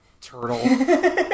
turtle